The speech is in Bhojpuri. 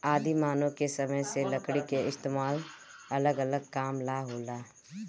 आदि मानव के समय से लकड़ी के इस्तेमाल अलग अलग काम ला होला